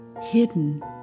hidden